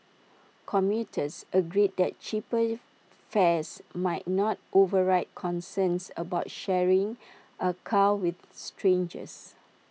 commuters agreed that cheaper fares might not override concerns about sharing A car with strangers